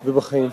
ובחיים.